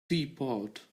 teapot